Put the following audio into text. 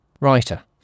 writer